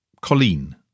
Colleen